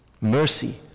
Mercy